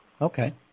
Okay